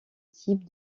type